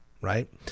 right